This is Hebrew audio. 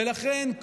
ולכן,